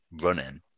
running